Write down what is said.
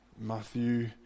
Matthew